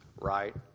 Right